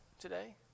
today